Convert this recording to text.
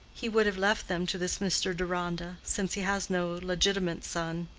he would have left them to this mr. deronda, since he has no legitimate son.